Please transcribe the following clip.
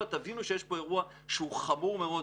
תבינו שיש פה אירוע שהוא חמור מאוד,